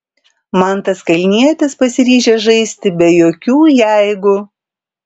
mantas kalnietis pasiryžęs žaisti be jokių jeigu